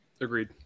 Agreed